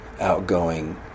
outgoing